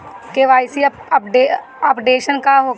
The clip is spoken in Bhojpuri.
के.वाइ.सी अपडेशन का होखेला?